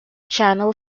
channel